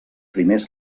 primers